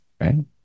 right